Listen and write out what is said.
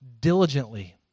diligently